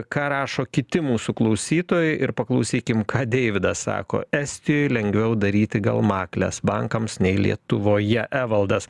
ką rašo kiti mūsų klausytojai ir paklausykim ką deividas sako estijoj lengviau daryti gal makles bankams nei lietuvoje evaldas